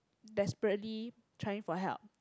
desperately trying for help